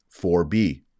4B